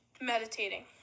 meditating